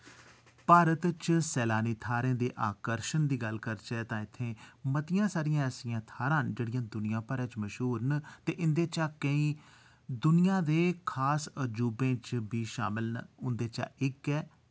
भारत च सैलानी थाह्रें दे आकर्शण दी गल्ल करचै तां इत्थै मतियां सारियां ऐसियां थाह्रां न जेह्ड़ियां दुनिया भरै च मश्हूर न ते इं'दे चा केईं दुनिया दे खास अजूबे च बी शामल न उं'दे चा इक ऐ